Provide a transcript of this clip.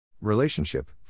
Relationship